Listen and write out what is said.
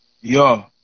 Yo